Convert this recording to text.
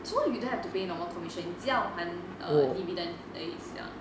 so you don't have to pay normal commission 只要还 err dividend 而已是吗